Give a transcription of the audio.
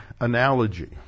analogy